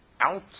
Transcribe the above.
out